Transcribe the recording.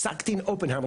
פסק דין אופנהיימר,